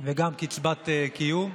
וגם קצבת קיום.